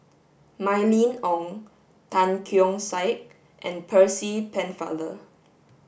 Mylene Ong Tan Keong Saik and Percy Pennefather